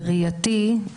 בראייתי,